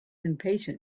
impatient